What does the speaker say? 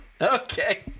Okay